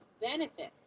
benefit